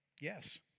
Yes